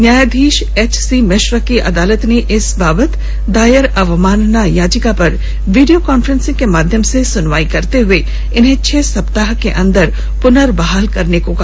न्यायधीश H C Mishra की अदालत ने इस बाबत दायर अवमानना याचिका पर वीडियो कांफ्रेंसिंग के माध्यम से सुनवाई करते हुए इन्हें छह सप्ताह के अंदर पुर्नबहाल करने का कहा